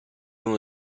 uno